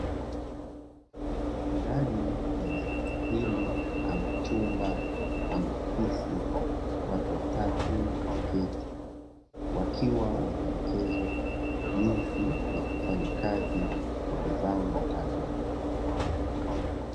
Ndani ya darasa hili ama chumba, ama ofisi watu watatu wameketi wakiwa wanaelekezwa jinsi ya kufanya kazi kwa nidhamu na taaluma.